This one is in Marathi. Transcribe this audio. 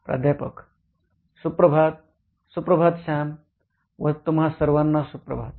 प्राध्यापक सुप्रभात सुप्रभात सॅम व तुम्हा सर्वांना सुप्रभात